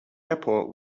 airport